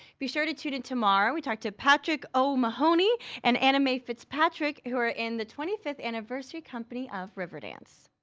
be sure to tune in tomorrow, we talk to patrick o'mahony and anna mai fitzpatrick who are in the twenty fifth anniversary company of riverdance.